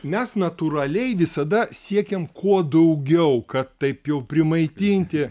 mes natūraliai visada siekiam kuo daugiau kad taip jau primaitinti